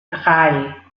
drei